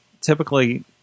typically